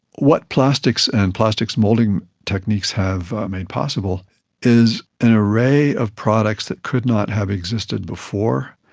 what plastics and plastics moulding techniques have made possible is an array of products that could not have existed before.